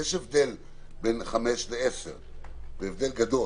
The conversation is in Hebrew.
יש הבדל בין 5,000 ל-10,000 והבדל גדול.